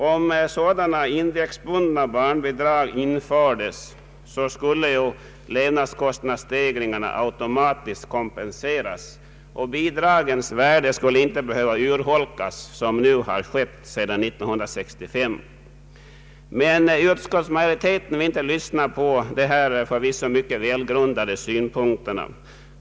Om sådana indexbundna barnbidrag infördes, skulle kompensation ske för levnadskostnadsstegringarna och barnbidragens värde inte behöva urholkas som hittills skett sedan 1965. Men utskottsmajoriteten vill inte lyssna på dessa förvisso mycket välgrundade synpunkter.